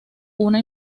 una